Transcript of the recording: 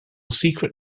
secret